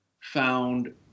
found